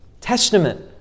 Testament